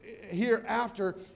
hereafter